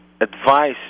advice